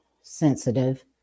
sensitive